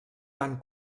tan